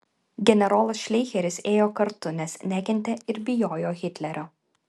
generolas šleicheris ėjo kartu nes nekentė ir bijojo hitlerio